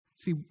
See